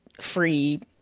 free